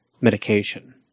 medication